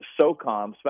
SOCOM